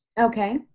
Okay